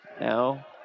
now